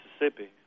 Mississippi